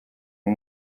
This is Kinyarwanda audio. uyu